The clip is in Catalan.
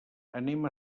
anem